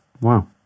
Wow